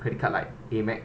credit card like amex